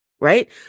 right